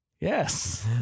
Yes